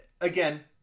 again